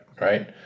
Right